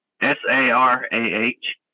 S-A-R-A-H